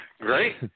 Great